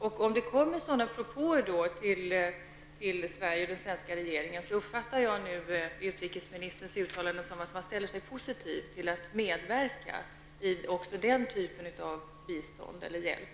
Jag uppfattar utrikesministerns uttalande som att Sverige och den svenska regeringen om det kommer propåer om detta ställer sig positiva till att medverka med även den typen av hjälp.